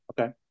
Okay